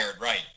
right